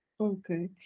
Okay